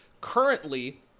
currently